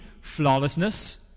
flawlessness